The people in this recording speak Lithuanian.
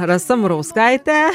rasa murauskaite